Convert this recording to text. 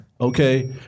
Okay